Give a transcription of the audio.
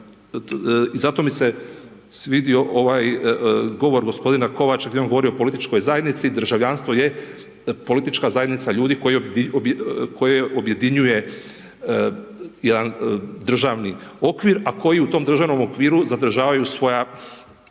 i zato mi se svidio ovaj govor gospodina Kovača, gdje je on govorio o političkoj zajednici, državljanstvo je politička zajednica ljudi, koja objedinjuje jedan državni okvir, a koji u tom državnom okviru zadržavaju svoja